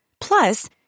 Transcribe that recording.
Plus